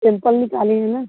simple निकालिए ना